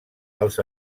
els